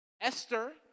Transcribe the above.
Esther